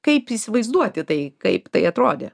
kaip įsivaizduoti tai kaip tai atrodė